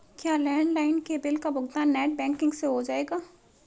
क्या लैंडलाइन के बिल का भुगतान नेट बैंकिंग से हो जाएगा?